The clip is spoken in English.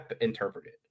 interpreted